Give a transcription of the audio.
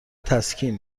تسکین